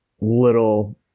little